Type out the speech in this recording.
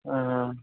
ஆ ஆ